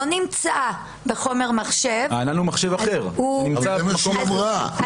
נמצא בחומר מחשב --- זה מה שהיא אמרה,